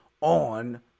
on